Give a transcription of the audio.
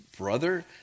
brother